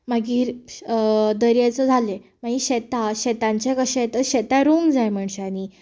मागीर दर्याचो जालें मागीर शेतांचें कशें तर शेतां रोवूंक जाय मनशांनी